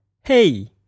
Hey